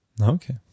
Okay